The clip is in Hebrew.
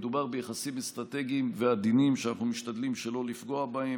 מדובר ביחסים אסטרטגיים ועדינים שאנחנו משתדלים שלא לפגוע בהם.